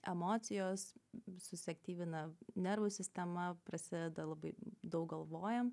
emocijos visus aktyvina nervų sistema prasideda labai daug galvojam